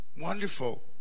wonderful